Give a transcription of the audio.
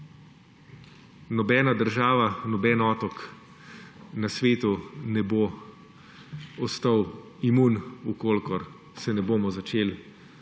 Nobena država, noben otok na svetu ne bo ostal imun, v kolikor se ne bomo začeli